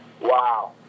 Wow